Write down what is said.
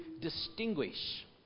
distinguish